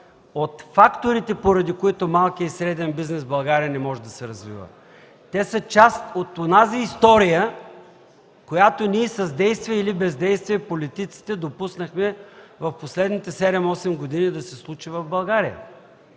от факторите, поради които малкият и среден бизнес в България не може да се развива. Част са от онази история, която политиците с действие или бездействие допуснахме в последните седем-осем години да се случи в България,